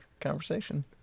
conversation